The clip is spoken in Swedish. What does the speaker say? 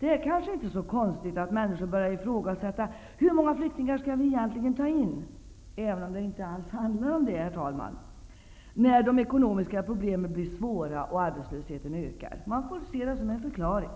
Det är kanske inte så konstigt att människor börjar fråga sig hur många flyktingar som egentligen skall släppas in -- även om det egentligen, herr talman, inte handlar om antal -- när de ekonomiska problemen blir svåra och arbetslösheten ökar. Man får se dessa saker som en förklaring.